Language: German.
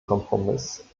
kompromiss